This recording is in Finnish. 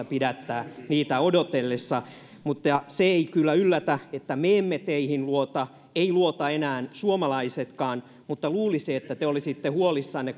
pidättää niitä odotellessa se ei kyllä yllätä että me emme teihin luota eivätkä luota enää suomalaisetkaan mutta luulisi että te olisitte huolissanne